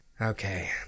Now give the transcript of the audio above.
Okay